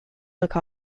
look